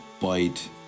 bite